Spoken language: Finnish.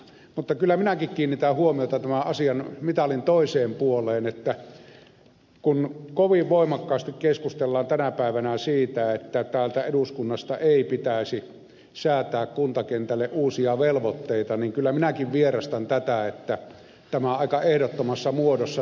mutta kyllä minäkin kiinnitän huomiota tämän asian mitalin toiseen puoleen että kun kovin voimakkaasti keskustellaan tänä päivänä siitä että täältä eduskunnasta ei pitäisi säätää kuntakentälle uusia velvoitteita niin kyllä minäkin vierastan tätä että tämä aika ehdottomassa muodossa tulee